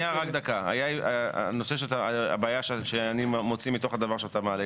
שנייה, השאלה שאני מוציא מתוך דבריך היא